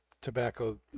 tobacco